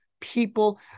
people